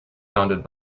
founded